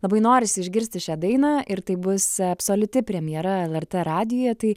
labai norisi išgirsti šią dainą ir tai bus absoliuti premjera lrt radijuje tai